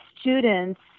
Students